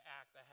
act